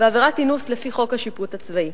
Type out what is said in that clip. ועבירת אינוס לפי חוק השיפוט הצבאי.